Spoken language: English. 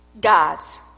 God's